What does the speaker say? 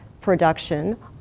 production